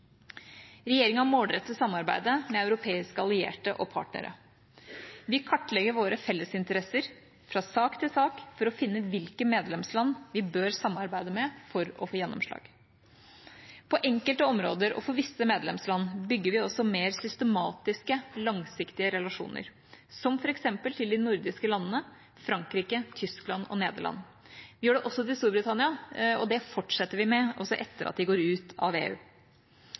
Regjeringa målretter samarbeidet med europeiske allierte og partnere. Vi kartlegger våre fellesinteresser fra sak til sak for å finne hvilke medlemsland vi bør samarbeide med for å få gjennomslag. På enkelte områder og for visse medlemsland bygger vi også mer systematiske, langsiktige relasjoner, som f.eks. til de nordiske landene, Frankrike, Tyskland og Nederland. Vi gjør det også til Storbritannia, og det fortsetter vi med også etter at de har gått ut av EU.